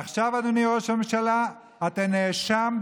עכשיו, אדוני ראש הממשלה, אתה נאשם.